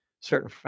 certain